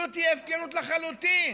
זו תהיה הפקרות לחלוטין.